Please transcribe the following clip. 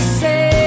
say